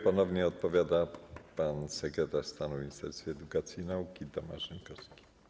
Ponownie odpowie pan sekretarz stanu w Ministerstwie Edukacji i Nauki Tomasz Rzymkowski.